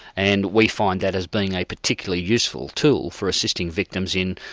and we find that as being a particularly useful tool for assisting victims in,